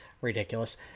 Ridiculous